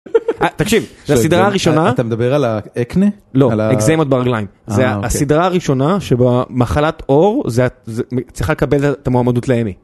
‫תקשיב, הסדרה הראשונה... ‫-אתה מדבר על האקנה? ‫לא, על האקזיימות ברגליים. ‫הסדרה הראשונה שבה מחלת עור, ‫צריכה לקבל את המועמדות לאמי.